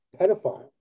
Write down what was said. pedophile